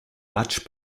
matches